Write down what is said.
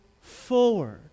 forward